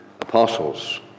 apostles